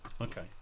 Okay